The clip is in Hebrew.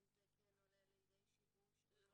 ש --- לידי שיבוש.